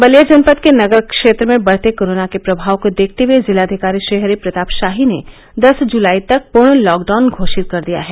बलिया जनपद के नगर क्षेत्र में बढ़ते कोरोना के प्रभाव को देखते हुए जिलाधिकारी श्रीहरि प्रताप शाही ने दस जुलाई तक पूर्ण लॉकडाउन घोषित कर दिया है